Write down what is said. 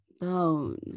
bone